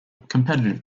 competitive